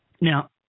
Now